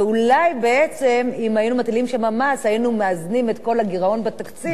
ואולי בעצם אם היינו מטילים שם מס היינו מאזנים את כל הגירעון בתקציב,